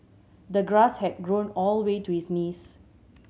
the grass had grown all the way to his knees